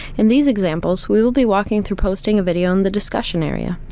in these examples, we will be walking through posting a video in the discussion area.